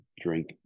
drink